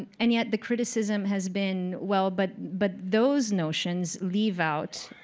and and yet the criticism has been, well, but but those notions leave out